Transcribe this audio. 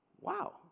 Wow